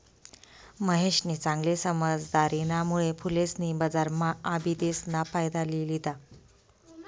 महेशनी चांगली समझदारीना मुळे फुलेसनी बजारम्हा आबिदेस ना फायदा लि लिदा